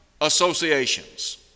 associations